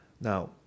now